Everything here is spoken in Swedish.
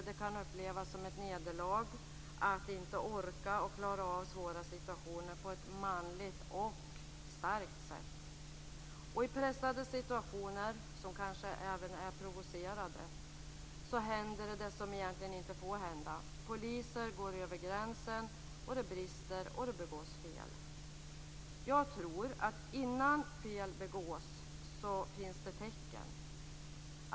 Det kan upplevas som ett nederlag att inte orka att klara av svåra situationer på ett manligt och starkt sätt. I pressade situationer, som kanske även är provocerande, händer det som egentligen inte får hända. Poliser går över gränsen, det brister, och det begås fel. Innan fel begås finns det tecken.